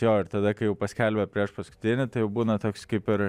jo ir tada kai jau paskelbia priešpaskutinį tai jau būna toks kaip ir